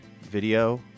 video